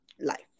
life